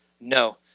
no